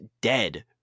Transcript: dead